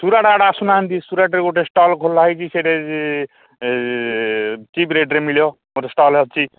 ସୁରଟ ଆଡ଼େ ଆସୁନାହାନ୍ତି ସୁରଟରେ ଗୋଟେ ଷ୍ଟଲ୍ ଖୋଲା ହେଇଛି ସେଇଟ ଚିପ୍ ରେଟ୍ରେ ମିଳିବ ଗୋଟେ ଷ୍ଟଲ୍ ଅଛି